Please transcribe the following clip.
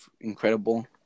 incredible